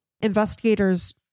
investigators